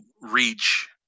reach